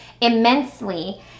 immensely